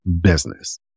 business